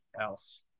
else